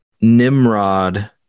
Nimrod